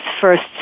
first